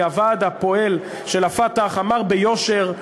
מהוועד הפועל של ה"פתח" אמר ביושר,